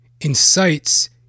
incites